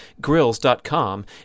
grills.com